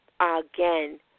again